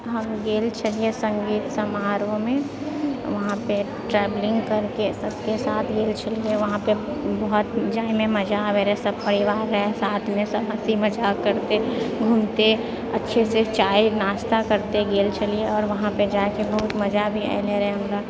हम गेल छलिऐ सङ्गीत समारोहमे वहाँपे ट्रैवलिङ्ग करके सबके साथ गेल छलिऐ वहाँपे बहुत जाहिमे मजा आबै रहै सब परिवार रहै साथमे सब हँसी मजाक करते घूमते अच्छे से चाय नास्ते करते गेल छलिऐ आओर वहाँपे जाइके बहुत मजा भी ऐलै रहै हमरा